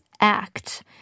act